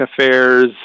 affairs